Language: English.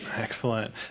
Excellent